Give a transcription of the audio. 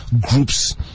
groups